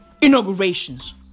inaugurations